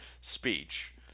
speech